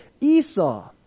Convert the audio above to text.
Esau